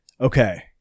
Okay